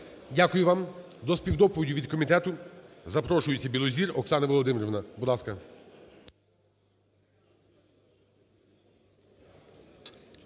Дякую вам. До співдоповіді від комітету запрошується Білозір Оксана Володимирівна,